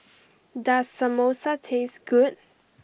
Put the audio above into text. does Samosa taste good